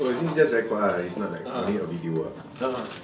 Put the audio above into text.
oh ni just record ah it's not like make a video ah a'ah